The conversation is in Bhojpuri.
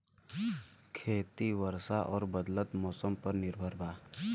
खेती वर्षा और बदलत मौसम पर निर्भर बा